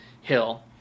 Hill